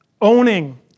owning